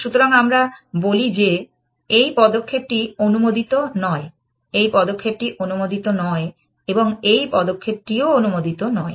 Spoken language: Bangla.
সুতরাং আমরা বলি যে এই পদক্ষেপটি অনুমোদিত নয় এই পদক্ষেপটি অনুমোদিত নয় এবং এই পদক্ষেপটিও অনুমোদিত নয়